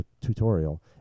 tutorial